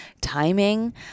timing